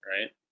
right